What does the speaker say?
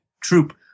troop